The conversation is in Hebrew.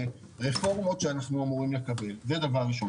גם ברפורמות שאנחנו אמורים לקבל, זה דבר ראשון.